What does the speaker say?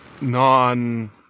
non